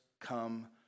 come